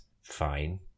fine